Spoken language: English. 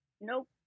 Nope